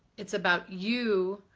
it's about you,